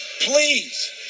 please